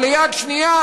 או ליד שנייה,